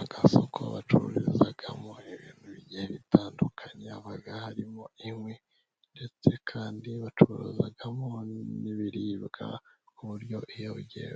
Agasoko bacururizamo ibintu bi igihe bitandukanye, haba harimo inkwi, ndetse kandi bacuruzamo n'ibiribwa ku buryo iyo